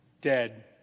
dead